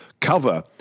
Cover